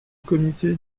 comité